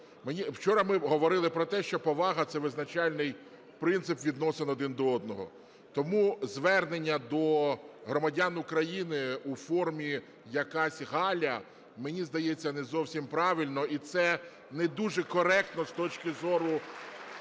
Вчора ми говорили про те, що повага – це визначальний принцип відносин один до одного. Тому звернення до громадян України у формі "якась Галя", мені здається, не зовсім правильно. І це не дуже коректно з точки зору